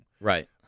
Right